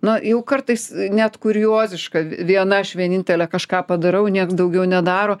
na jau kartais net kurioziška v viena aš vienintelė kažką padarau nieks daugiau nedaro